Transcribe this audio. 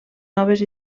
noves